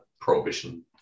prohibition